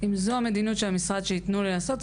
אם זו המדיניות שהמשרד יתנו לעשות,